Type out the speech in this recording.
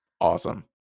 awesome